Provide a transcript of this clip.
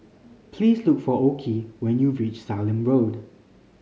please look for Okey when you reach Sallim Road